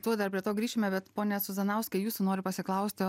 tuoj dar prie to grįšime bet pone cuzanauskai jūsų noriu pasiklausti